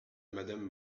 madame